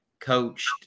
coached